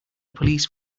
police